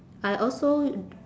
I also